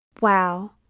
Wow